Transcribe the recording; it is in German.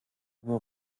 immer